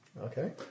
Okay